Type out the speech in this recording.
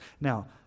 Now